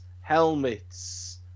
helmets